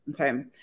Okay